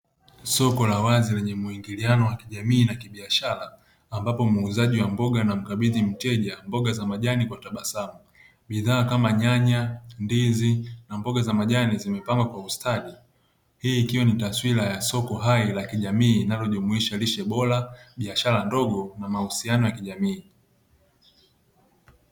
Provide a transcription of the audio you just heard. Soko la wazi lenye muingiliano wa kijamii na kibiashara, ambapo muuzaji wa mboga anamkabidhi mteja mboga za majani kwa tabasamu. Bidhaa kama nyanya, ndizi na mboga za majani, zimepangwa kwa ustadi. Hii ikiwa ni taswira ya soko hai la kijamii linalojumuisha lishe bora, biashara ndogo na mahusiano ya kijamii.